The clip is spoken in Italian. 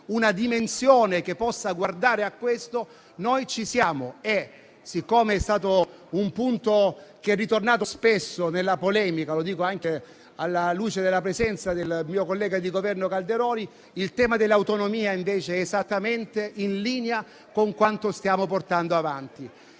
una dimensione che possa guardare a questo, noi ci siamo. Siccome è stato un punto che è ritornato spesso nella polemica - lo dico anche alla presenza del mio collega di Governo Calderoli - il tema dell'autonomia è invece esattamente in linea con quanto stiamo portando avanti.